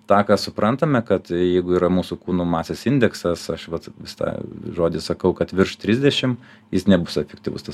tą ką suprantame kad jeigu yra mūsų kūno masės indeksas aš vat tą žodį sakau kad virš trisdešim jis nebus efektyvus tas